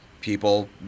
people